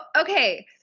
okay